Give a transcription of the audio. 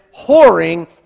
whoring